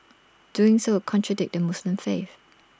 doing so contradict the Muslim faith